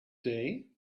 day